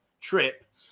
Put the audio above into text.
trip